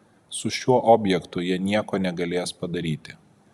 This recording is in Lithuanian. su šiuo objektu jie nieko negalės padaryti